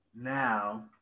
Now